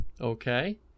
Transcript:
okay